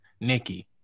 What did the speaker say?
Nikki